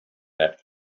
that